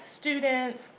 students